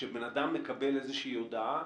כשבן אדם מקבל איזושהי הודעה,